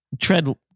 tread